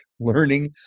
learning